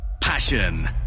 passion